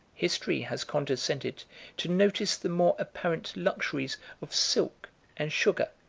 history has condescended to notice the more apparent luxuries of silk and sugar,